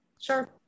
Sure